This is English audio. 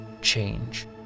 change